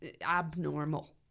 abnormal